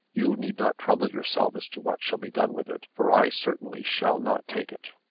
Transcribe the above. you need not trouble yourself as to what shall be done with it, for i certainly shall not take it.